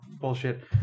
bullshit